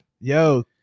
Yo